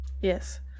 yes